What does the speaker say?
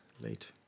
late